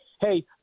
Hey